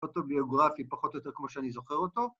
‫פוטוביוגרפי, פחות או יותר ‫כמו שאני זוכר אותו.